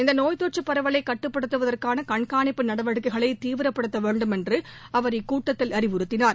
இந்த நோய் தொற்று பரவலை கட்டுப்படுத்துவதற்கான கண்காணிப்பு நடவடிக்கைகளை தீவிரப்படுத்த வேண்டுமென்று அவர் இக்கூட்டத்தில் அறிவுறுத்தினார்